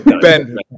Ben